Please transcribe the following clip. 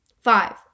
five